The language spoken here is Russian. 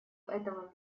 этого